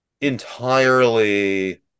entirely